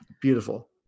beautiful